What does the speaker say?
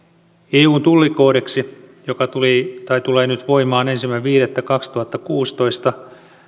eun tullikoodeksi joka tulee voimaan ensimmäinen viidettä kaksituhattakuusitoista